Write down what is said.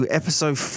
episode